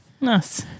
Nice